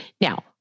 Now